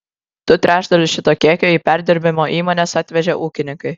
du trečdalius šito kiekio į perdirbimo įmones atvežė ūkininkai